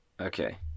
Okay